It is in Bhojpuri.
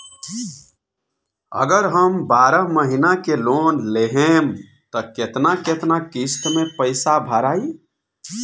अगर हम बारह महिना के लोन लेहेम त केतना केतना किस्त मे पैसा भराई?